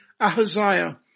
Ahaziah